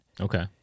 Okay